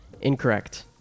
Incorrect